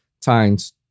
times